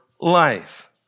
life